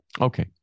Okay